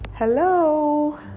Hello